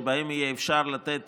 שבהן יהיה אפשר לתת